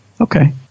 okay